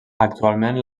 actualment